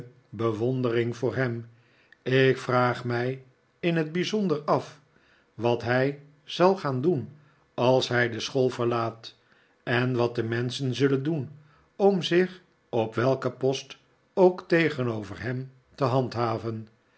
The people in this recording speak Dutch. bewondering voor hem ik vraag mij in t bijzonder af wat hij zal gaan doen als hij de school verlaat en wat de menschen zulleri doen om zich op welken post ook tegenover hem te handhaven